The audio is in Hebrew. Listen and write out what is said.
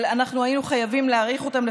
אבל אנחנו היינו חייבים להאריך אותם,